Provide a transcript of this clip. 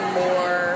more